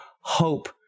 hope